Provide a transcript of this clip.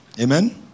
Amen